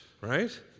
right